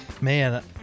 Man